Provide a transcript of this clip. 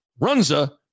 runza